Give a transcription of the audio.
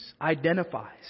identifies